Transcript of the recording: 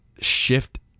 shift